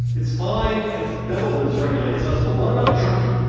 it's fine if netherlands regulates us, but what about turkey?